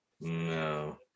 No